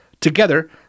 Together